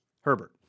Herbert